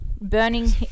Burning